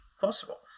possible